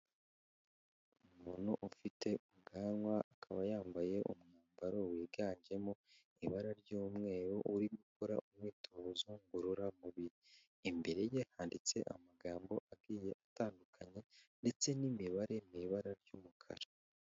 Umuntu ufite ubwanwa, akaba yambaye umwambaro wiganjemo ibara ry'umweru, uri gukora umwitozo ngororamubiri, imbere ye handitse amagambo agiye atandukanye ndetse n'imibare mu ibara ry'umukara.